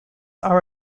are